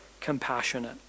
compassionate